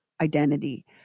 identity